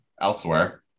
elsewhere